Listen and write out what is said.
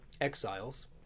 exiles